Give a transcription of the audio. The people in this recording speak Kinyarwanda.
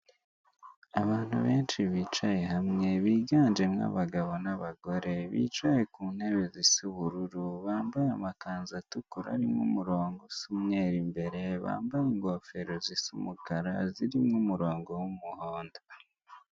Abantu benshi bicaye hamwe biganjemo abagabo n'abagore, bicaye ku ntebe zisa ubururu bambaye amakanzu atukura arimo umurongo usa mweru imbere bambaye ingofero zisa umukara zirimo umurongo w'umuhondo.